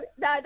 no